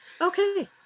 okay